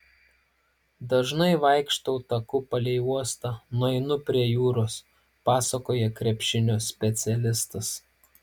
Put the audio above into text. dažnai vaikštau taku palei uostą nueinu prie jūros pasakoja krepšinio specialistas